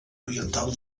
oriental